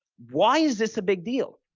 why is this a big deal?